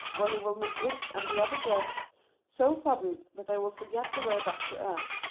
where he will make it and the other guests so fuddled that they will forget the way back to earth.